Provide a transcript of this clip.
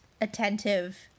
attentive